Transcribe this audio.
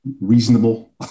reasonable